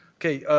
okay.